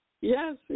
Yes